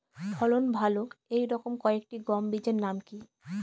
ফলন ভালো এই রকম কয়েকটি গম বীজের নাম কি?